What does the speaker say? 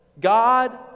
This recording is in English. God